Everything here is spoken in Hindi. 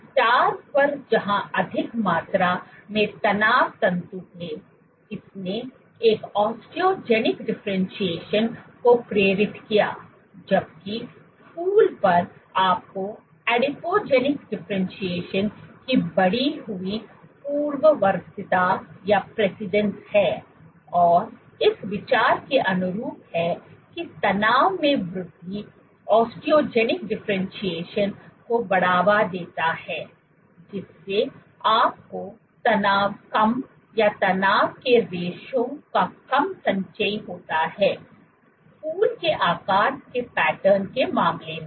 स्टार पर जहाँ अधिक मात्रा में तनाव तंतु थे इसने एक ओस्टोजेनिक डिफरेंटशिएशन को प्रेरित किया जबकि फूल पर आपको एडिपोजेनिक डिफरेंटशिएशन की बढ़ी हुई पूर्ववर्तीता और इस विचार के अनुरूप है कि तनाव में वृद्धि ओस्टोजेनिक डिफरेंटशिएशन को बढ़ावा देता है जिससे आपको तनाव कम या तनाव के रेशों का कम संचय होता है फूल के आकार के पैटर्न के मामले में